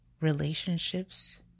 relationships